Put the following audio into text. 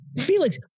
Felix